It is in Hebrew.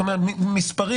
מספרים.